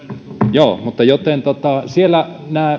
joo mutta siellä